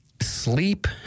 sleep